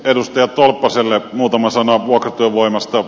edustaja tolppaselle muutama sana vuokratyövoimasta